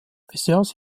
besaß